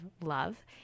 love